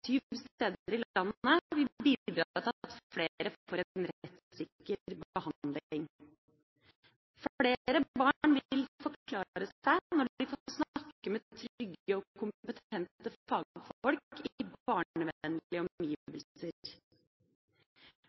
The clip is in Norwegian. til at flere får en rettssikker behandling. Flere barn vil forklare seg når de får snakke med trygge og kompetente